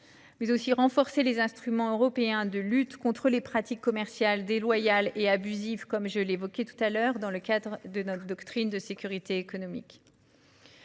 et renforcer les instruments européens de lutte contre les pratiques commerciales déloyales et abusives, comme je l'évoquais tout à l'heure dans le cadre de notre doctrine de sécurité économique.